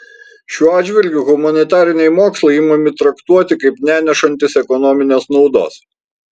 šiuo atžvilgiu humanitariniai mokslai imami traktuoti kaip nenešantys ekonominės naudos